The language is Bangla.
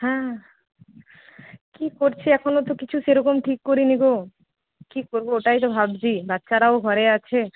হ্যাঁ কি করছি এখনও তো কিছু সেরকম ঠিক করিনি গো কি করব ওটাই তো ভাবছি বাচ্চারাও ঘরে আছে